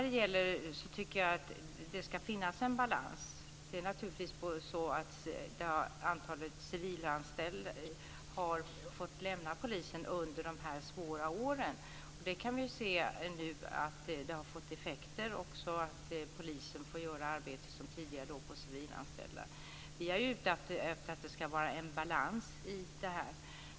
Jag tycker att det ska finnas en balans. Civilanställda har fått lämna polisen under de här svåra åren. Vi kan se nu att det har fått effekter, så att polisen får göra arbete som tidigare låg på civilanställda. Vi är ute efter att det ska vara en balans i det här.